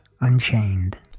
Unchained